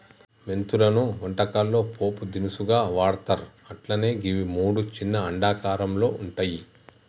మెంతులను వంటకాల్లో పోపు దినుసుగా వాడ్తర్ అట్లనే గివి మూడు చిన్న అండాకారంలో వుంటయి